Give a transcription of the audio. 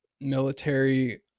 military